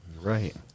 Right